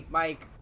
mike